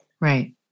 Right